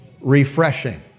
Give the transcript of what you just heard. Refreshing